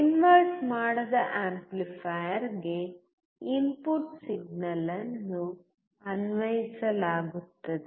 invert ಮಾಡದ ಆಂಪ್ಲಿಫೈಯರ್ಗೆ input signal ಅನ್ನು ಅನ್ವಯಿಸಲಾಗುತ್ತದೆ